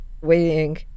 waiting